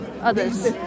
others